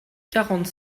quarante